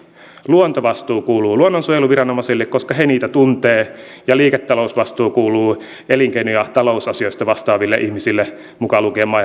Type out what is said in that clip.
luontovastuu kuuluu luonnonsuojeluviranomaisille koska he niitä tuntevat ja liiketalousvastuu kuuluu elinkeino ja talousasioista vastaaville ihmisille mukaan lukien maa ja metsätalousministeriölle